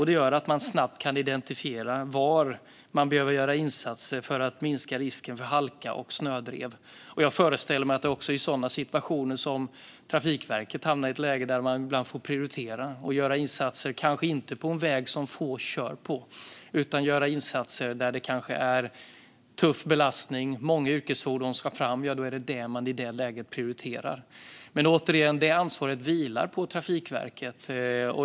Det gör att man snabbt kan identifiera var man behöver göra insatser för att minska risken för halka och snödrev. Jag föreställer mig att det är i sådana situationer som Trafikverket hamnar i ett läge där man ibland får prioritera och inte göra insatser på en väg som få kör på utan på vägar där det är tuff belastning och många yrkesfordon som ska fram. Återigen: Detta ansvar vilar på Trafikverket.